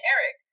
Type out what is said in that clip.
Eric